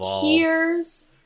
tears